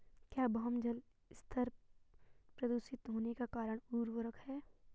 क्या भौम जल स्तर प्रदूषित होने का कारण उर्वरक है?